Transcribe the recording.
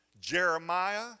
Jeremiah